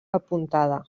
apuntada